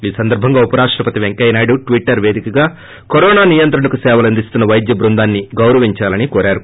ఈ సందర్భంగా ఉరాష్టపతి Venkaiah Naidu Twitter పేదికగా corona నియంత్రణకు సేవలందిస్తున్న వైద్య బృందాన్ని గౌరవించాలని కోరారు